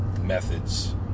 methods